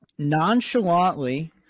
nonchalantly